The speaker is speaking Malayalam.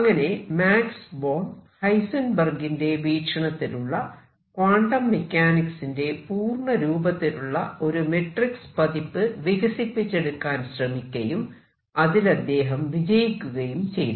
അങ്ങനെ മാക്സ് ബോൺ ഹൈസെൻബെർഗിന്റെ വീക്ഷണത്തിലുള്ള ക്വാണ്ടം മെക്കാനിക്സിന്റെ പൂർണരൂപത്തിലുള്ള ഒരു മെട്രിക്സ് പതിപ്പ് വികസിപ്പിച്ചെടുക്കാൻ ശ്രമിക്കയും അതിൽ അദ്ദേഹം വിജയിക്കുകയും ചെയ്തു